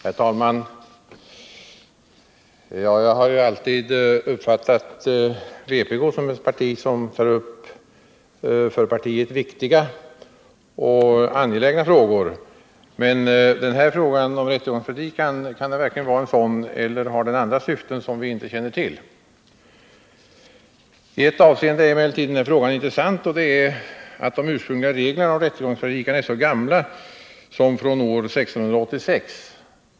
Herr talman! Jag har alltid uppfattat vpk som ett parti som tar upp för partiet viktiga och angelägna frågor. Kan denna fråga om rättegångspredikan verkligen vara en sådan, eller har motionen andra syften som vi inte känner Nr 115 till? Onsdagen den I ett avseende är emellertid denna fråga intressant. De ursprungliga 9 april 1980 reglerna om rättegångspredikan är så gamla som från år 1686.